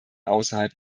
außerhalb